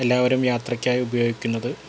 എല്ലാവരും യാത്രക്കായി ഉപയോഗിക്കുന്നത്